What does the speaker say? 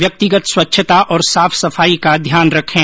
व्यक्तिगत स्वच्छता और साफ सफाई का ध्यान रखें